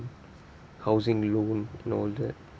housing loan and all that